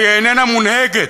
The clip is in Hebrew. והיא איננה מונהגת,